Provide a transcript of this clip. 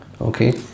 Okay